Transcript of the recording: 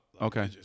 Okay